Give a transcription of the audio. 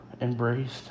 embraced